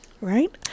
Right